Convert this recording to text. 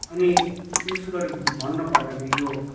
अनि विशेष गरी भन्न पर्दाखेरि यो